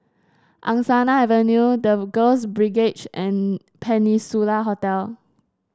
Angsana Avenue The Girls Brigade and Peninsula Hotel